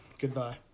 Goodbye